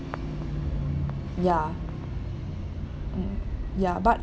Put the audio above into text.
ya mm ya but